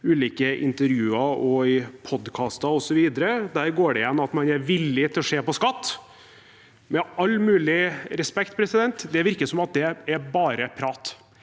ulike intervjuer og i podkaster osv. Der går det igjen at man er villig til å se på skatt. Med all mulig respekt: Det virker som det bare er prat.